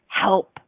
help